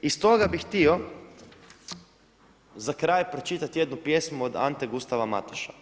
I stoga bih htio za kraj pročitati jednu pjesmu od Ante Gustava Matoša.